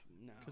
No